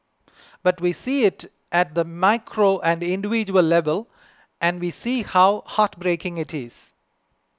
but we see it at the micro and individual level and we see how heartbreaking it is